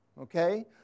okay